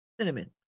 cinnamon